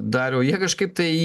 daro jie kažkaip tai